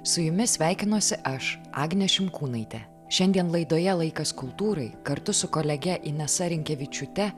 su jumis sveikinuosi aš agnė šimkūnaitė šiandien laidoje laikas kultūrai kartu su kolege inesa rinkevičiūte